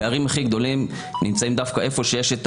הפערים הכי גדולים נמצאים דווקא איפה שיש את